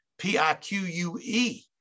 P-I-Q-U-E